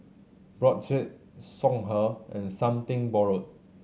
Brotzeit Songhe and Something Borrowed